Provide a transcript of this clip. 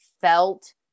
felt